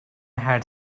had